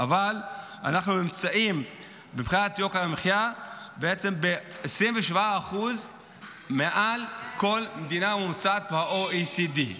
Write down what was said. אבל מבחינת יוקר המחיה אנחנו נמצאים ב-27% מעל כל מדינה ממוצעת ב-OECD.